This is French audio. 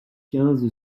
quinze